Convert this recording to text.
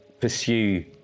pursue